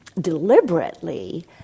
deliberately